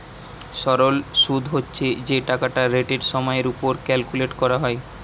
সরল শুদ হচ্ছে যেই টাকাটা রেটের সময়ের উপর ক্যালকুলেট করা হয়